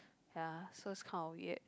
ya so it's kind of weird